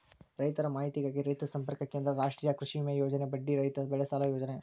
ರೈತರ ಮಾಹಿತಿಗಾಗಿ ರೈತ ಸಂಪರ್ಕ ಕೇಂದ್ರ, ರಾಷ್ಟ್ರೇಯ ಕೃಷಿವಿಮೆ ಯೋಜನೆ, ಬಡ್ಡಿ ರಹಿತ ಬೆಳೆಸಾಲ ಯೋಜನೆ